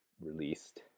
released